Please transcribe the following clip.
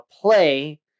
play